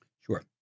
Sure